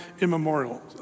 Immemorial